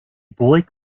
burg